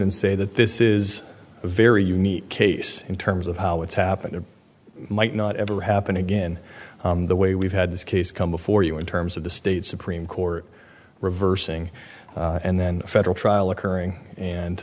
and say that this is a very unique case in terms of how it's happened and might not ever happen again the way we've had this case come before you in terms of the state supreme court reversing and then a federal trial occurring and